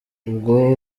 ubwo